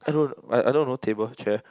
I don't I I don't know table chair